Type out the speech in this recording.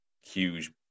huge